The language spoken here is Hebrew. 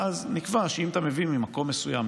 ואז נקבע שאם אתה מביא ממקום מסוים,